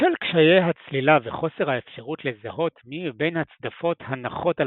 בשל קשיי הצלילה וחוסר האפשרות לזהות מי מבין הצדפות הנחות על